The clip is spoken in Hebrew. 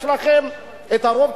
יש לכם רוב,